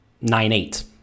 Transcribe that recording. nine-eight